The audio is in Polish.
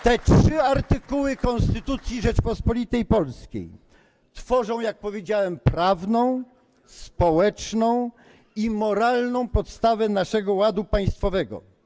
Te trzy artykuły Konstytucji Rzeczypospolitej Polskiej tworzą, jak powiedziałem, prawną, społeczną i moralną podstawę naszego ładu państwowego.